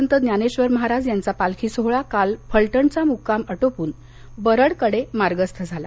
संत ज्ञानेश्वर महाराज यांचा पालखी सोहोळा काल फलटणचा मुक्काम आटोपून बरडकडे मार्गस्थ झाला